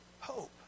hope